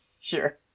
sure